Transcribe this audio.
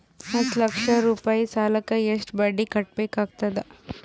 ಹತ್ತ ಲಕ್ಷ ರೂಪಾಯಿ ಸಾಲಕ್ಕ ಎಷ್ಟ ಬಡ್ಡಿ ಕಟ್ಟಬೇಕಾಗತದ?